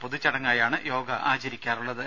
പൊതുചടങ്ങായാണ് yoga ആചരിക്കാറുള്ളത്